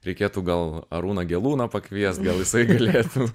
reikėtų gal arūną gėlūną pakviest gal jisai galėtų